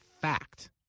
fact